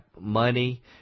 money